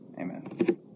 Amen